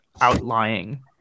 outlying